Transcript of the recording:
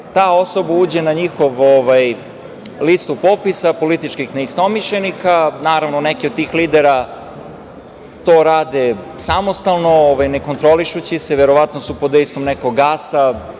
ta osoba uđe na njihovu listu popisu političkih neistomišljenika, naravno, neki od tih lidera to rade samostalno, nekontrolišući se, verovatno su pod dejstvom nekog gasa,